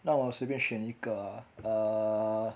那我随便选一个 ah err